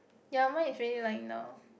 ya mine is really lying down